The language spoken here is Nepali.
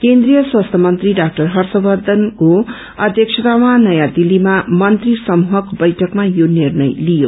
केन्द्रीय स्वास्थ्य मन्त्री डाक्टर हर्षवर्द्धनको अध्यक्षतामा नयाँ दिल्लीमा मन्त्री समूहको बैठकमा यो निर्णय लियो